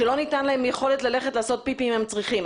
שלא ניתן להם יכולת ללכת לעשות פיפי אם הם צריכים.